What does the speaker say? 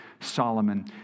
Solomon